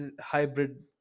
hybrid